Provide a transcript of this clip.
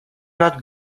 not